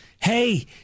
Hey